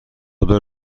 بدو